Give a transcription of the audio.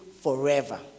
forever